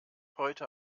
heute